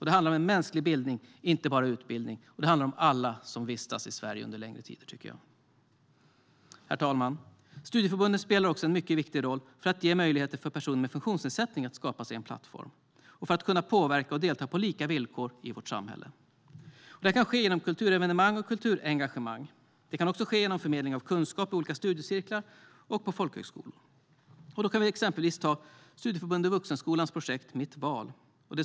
Det handlar om mänsklig bildning, inte bara utbildning, och det handlar om alla som vistas i Sverige under längre tid. Herr talman! Studieförbunden spelar också en mycket viktig roll för att ge personer med funktionsnedsättning möjligheter att skapa sig en plattform för att kunna påverka och delta på lika villkor i vårt samhälle. Det kan ske genom kulturevenemang och kulturengagemang. Det kan också ske genom förmedling av kunskap i olika studiecirklar och på folkhögskolor. Vi kan ta Studieförbundet Vuxenskolans projekt Mitt Val som exempel.